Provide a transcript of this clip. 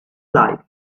life